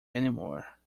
anymore